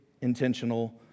intentional